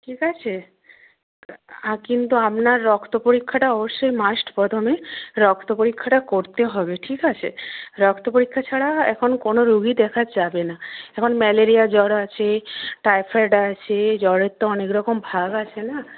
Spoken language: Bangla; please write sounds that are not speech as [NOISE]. ঠিক আছে [UNINTELLIGIBLE] কিন্তু আপনার রক্ত পরীক্ষাটা অবশ্যই মাস্ট প্রথমে রক্ত পরীক্ষাটা করতে হবে ঠিক আছে রক্ত পরীক্ষা ছাড়া এখন কোনো রুগী দেখা যাবে না এখন ম্যালেরিয়া জ্বর আছে টাইফয়েড আছে জ্বরের তো অনেক রকম ভাগ আছে না